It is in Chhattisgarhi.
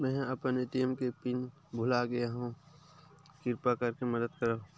मेंहा अपन ए.टी.एम के पिन भुला गए हव, किरपा करके मदद करव